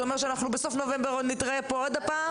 זה אומר שבסוף נובמבר עוד נתראה פה עוד פעם?